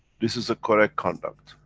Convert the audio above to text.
this is a correct conduct,